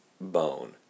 bone